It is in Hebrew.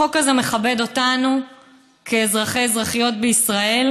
החוק הזה מכבד אותנו כאזרחי ואזרחיות בישראל,